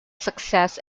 success